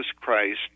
Christ